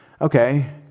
Okay